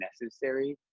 necessary